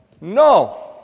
No